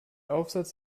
aufsatz